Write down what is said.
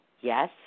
Yes